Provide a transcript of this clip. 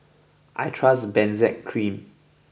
I trust Benzac Cream